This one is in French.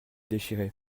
déchiré